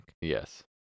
yes